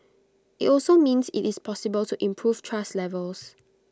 IT also means IT is possible to improve trust levels